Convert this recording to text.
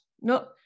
no